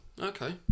Okay